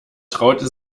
traute